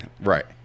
Right